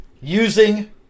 Using